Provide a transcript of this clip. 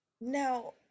Now